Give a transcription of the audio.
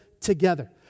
together